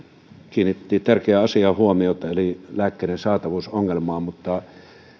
kiinnitti tärkeään asiaan huomiota eli lääkkeiden saatavuusongelmaan mutta